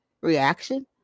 reaction